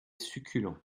succulent